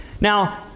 Now